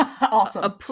awesome